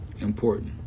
important